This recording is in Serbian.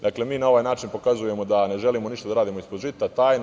Dakle, mi na ovaj način pokazujemo da ne želimo ništa da radimo ispod žita, tajno.